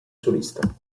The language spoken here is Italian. solista